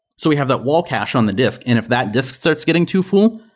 so we have the wall cache on the disk, and if that disk starts getting too full,